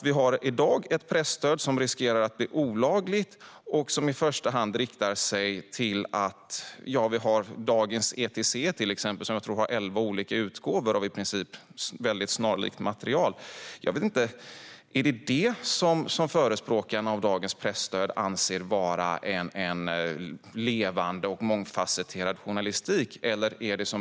Vi har i dag ett presstöd som riskerar att bli olagligt och som i första hand riktar sig till tidningar som Dagens ETC, som jag tror har elva olika utgåvor av snarlikt material. Är det detta som förespråkarna av dagens presstöd anser vara en levande och mångfasetterad journalistik?